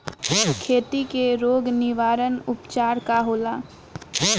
खेती के रोग निवारण उपचार का होला?